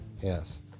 yes